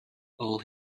all